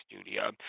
studio